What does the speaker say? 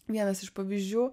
vienas iš pavyzdžių